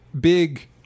big